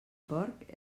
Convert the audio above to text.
porc